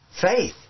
faith